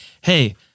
Hey